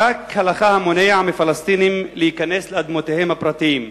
פסק הלכה המונע מפלסטינים להיכנס לאדמותיהם הפרטיות.